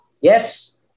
Yes